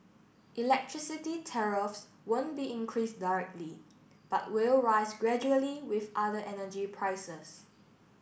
electricity tariffs won't be increased directly but will rise gradually with other energy prices